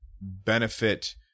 benefit